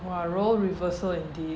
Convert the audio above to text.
!wah! role reversal indeed